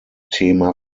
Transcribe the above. thema